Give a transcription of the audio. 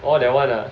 oh that one ah